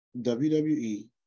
WWE